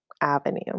avenue